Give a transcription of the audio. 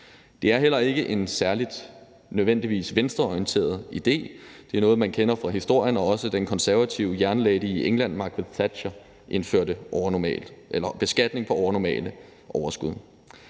Det er heller ikke nødvendigvis en særlig venstreorienteret idé. Det er noget, man kender fra historien, og også den konservative jernlady i England, Margaret Thatcher, indførte beskatning på overnormale overskud.